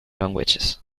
languages